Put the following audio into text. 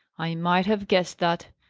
i might have guessed that,